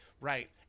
right